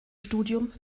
studium